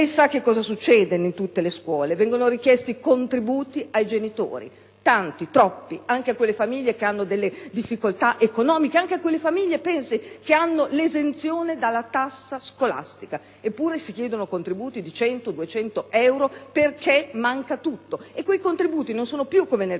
Lei sa cosa succede in tutte le scuole: vengono richiesti contributi ai genitori; tanti, troppi, anche a quelle famiglie che hanno difficoltà economiche; anche a quelle - pensi - che hanno l'esenzione dalla tassa scolastica. Eppure si chiedono contributi di 100, 200 euro perché manca tutto. Inoltre, quei contributi non sono più, come nel